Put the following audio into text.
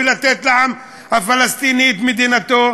ולתת לעם הפלסטיני את מדינתו,